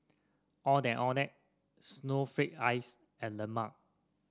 Ondeh Ondeh Snowflake Ice and lemang